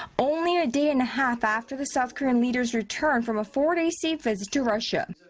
only a day and a half after the south korean leader's return from a four-day state visit to russia.